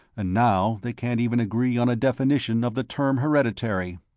and now they can't even agree on a definition of the term hereditary.